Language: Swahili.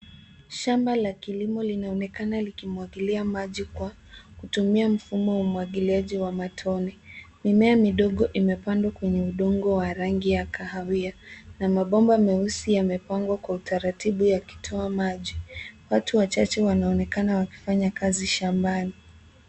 Shamba la kilimo linaonekana likimwagiliwa maji kwa kutumia mfumo wa umwagiliaji wa matone . Mimea midogo imepandwa kwenye udongo wa rangi ya kahawia, na mabomba meusi yamepangwa kwa utaratibu yakitoa maji. Watu wanaonekana wakifanya kazi shambani.